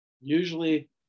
usually